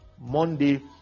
monday